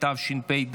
התשפ"ד,